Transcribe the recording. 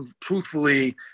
truthfully